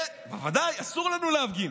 כן, בוודאי, אסור לנו להפגין.